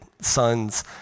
sons